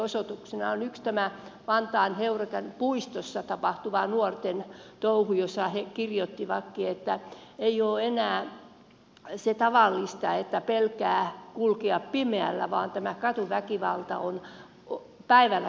osoituksena on tämä yksi vantaan heurekan puistossa tapahtunut nuorten touhu josta he kirjoittivatkin että ei ole enää se tavallista että pelkäävät kulkijat pimeällä vaan tämä katuväkivalta on päivälläkin tapahtuvaa